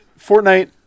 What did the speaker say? Fortnite